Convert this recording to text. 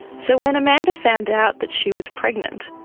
so when amanda found out that she was pregnant,